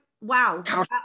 Wow